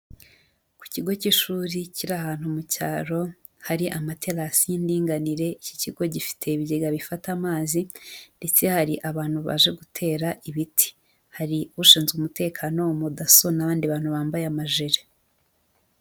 Ku kigo k'ishuri kiri ahantu mu cyaro hari amaterasi y'indinganire, ikigo gifite ibigega bifata amazi ndetse hari abantu baje gutera ibiti, hari ushinzwe umutekano, umu daso, n'abandi bantu bambaye amajire.